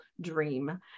dream